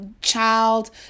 child